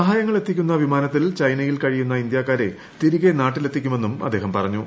സഹായങ്ങൾ എത്തിക്കുന്ന വിമാനത്തിൽ ചൈനയിൽ കഴിയുന്ന ഇന്ത്യാക്കാരെ തിരികെ നാട്ടിലെത്തിക്കുമെന്നും അദ്ദേഹം പറഞ്ഞു